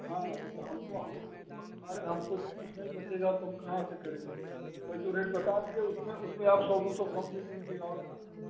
हाँ न तो हमको हम अरे हमको तो कुछ नहीं बचेगा तो हम कहाँ से करेंगे बस जो रेट बात दिये उसमें आप सौ दो सौ कम दे दीजियेगा और का